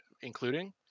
including